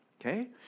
Okay